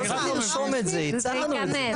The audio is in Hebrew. לא צריך לרשום את זה, הצהרנו את זה.